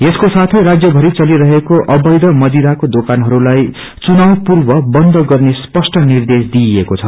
यसको साथै राज्यभरि चलिरहेको अवैध मदिराको दोकानहस्लाई चुनाव पूर्व बन्द गर्ने स्पष्ट निर्देश दिइएको छ